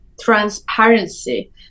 transparency